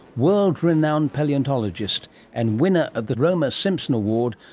world renowned palaeontologist and winner of the romer-simpson award,